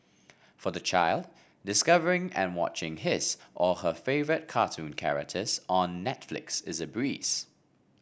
for the child discovering and watching his or her favourite cartoon characters on Netflix is a breeze